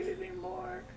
anymore